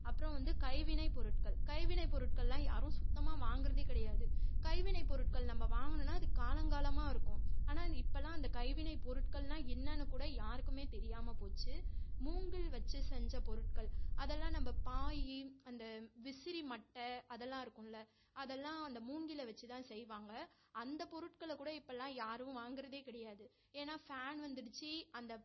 அப்புறோம் வந்து கைவினைப் பொருட்கள் கைவினைப் பொருட்களெல்லாம் யாரும் சுத்தமாக வாங்கிறதே கிடையாது கைவினைப் பொருட்கள் நம்ம வாங்கணுனா அது காலங்காலமாக இருக்கும் ஆனால் இப்போல்லாம் அந்த கைவினைப் பொருட்கள்னா என்னெனான்னு கூட யாருக்குமே தெரியாமல் போச்சு மூங்கில் வச்சு செஞ்ச பொருட்கள் அதெல்லாம் நம்ம பாய் அந்த விசிறி மட்டை அதெல்லாம் இருக்குல்ல அதெல்லாம் அந்த மூங்கில் வெச்சு தான் செய்வாங்கள் அந்த பொருட்களக்கூட இப்போல்லாம் யாரும் வாங்கிறதே கிடையாது ஏன்னால் ஃபேன் வந்துடுச்சு அந்த